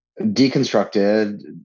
deconstructed